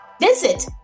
Visit